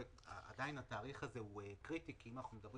עדיין התאריך הוא קריטי כי אם אנחנו מדברים